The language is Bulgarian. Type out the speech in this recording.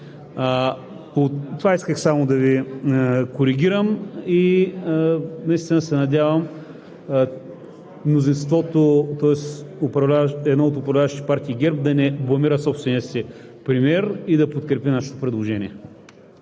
Това исках само да Ви коригирам. Наистина се надявам мнозинството, тоест една от управляващите партии – ГЕРБ, да не бламира собствения си премиер и да подкрепи нашето предложение.